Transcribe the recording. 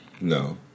no